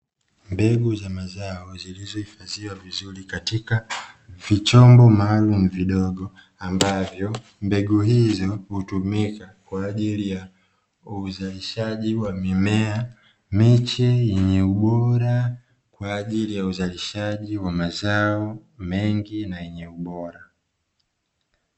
Mbegu za mazao zilizohifadhiwa vizuri katika vichombo maalumu vidogo, ambavyo mbegu hizo hutumika kwa ajili ya uzalishaji wa mimea miche yenye ubora kwa ajili ya uzalishaji wa mazao mengi na yenye ubora.